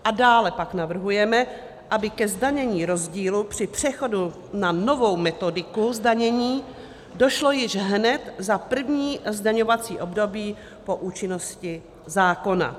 A dále pak navrhujeme, aby ke zdanění rozdílu při přechodu na novou metodiku zdanění došlo již hned za první zdaňovací období po účinnosti zákona.